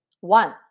One